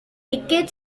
ticket